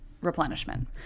replenishment